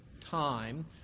time